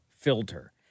filter